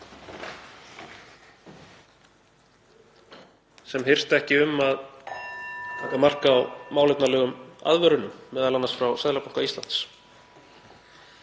sem hirtu ekki um að taka mark á málefnalegum aðvörunum, m.a. frá Seðlabanka Íslands?